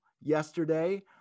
yesterday